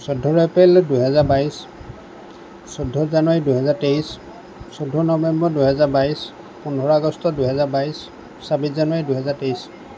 চৈধ্য এপ্ৰিল দুহেজাৰ বাইছ চৈধ্য জানুৱাৰী দুহেজাৰ তেইছ চৈধ্য নৱেম্বৰ দুহেজাৰ বাইছ পোন্ধৰ আগষ্ট দুহেজাৰ বাইছ ছাব্বিছ জানুৱাৰী দুহেজাৰ তেইছ